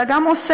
אלא גם עושה.